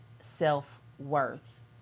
self-worth